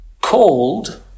called